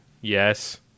Yes